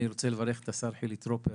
אני רוצה לברך את השר חילי טרופר,